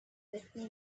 whitney